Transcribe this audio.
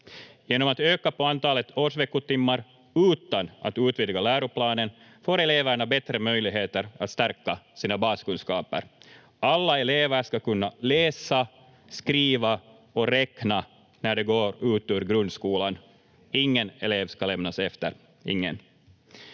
Genom att öka på antalet årsveckotimmar — utan att utvidga läroplanen — får eleverna bättre möjligheter att stärka sina baskunskaper. Alla elever ska kunna läsa, skriva och räkna när de går ut ur grundskolan. Ingen elev ska lämnas efter, ingen.